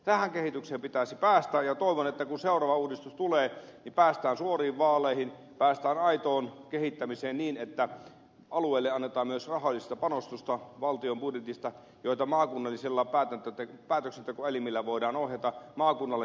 tähän kehitykseen pitäisi päästä ja toivon että kun seuraava uudistus tulee niin päästään suoriin vaaleihin päästään aitoon kehittämiseen niin että alueelle annetaan valtion budjetista myös rahallista panostusta jota maakunnallisilla päätöksentekoelimillä voidaan ohjata maakunnalle tärkeisiin kohteisiin